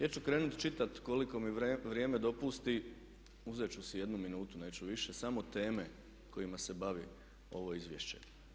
Ja ću krenuti čitati koliko mi vrijeme dopusti, uzeti ću si jednu minutu, neću više samo teme kojima se bavi ovo izvješće.